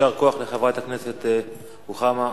יישר כוח לחברת הכנסת רוחמה אברהם.